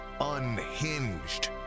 Unhinged